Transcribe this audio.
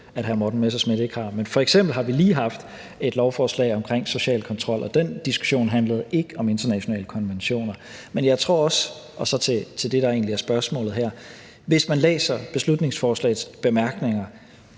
at hr. Morten Messerschmidt ikke har. F.eks. har vi lige haft et beslutningsforslag om social kontrol, og den diskussion handlede ikke om internationale konventioner. Men jeg tror også, og det er så til det, der egentlig er spørgsmålet her, at hvis man læser beslutningsforslagets bemærkninger,